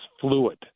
fluid